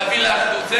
להביא לאחדות.